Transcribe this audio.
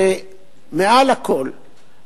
ומעל לכול,